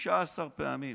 16 פעמים.